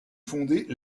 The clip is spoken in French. fondées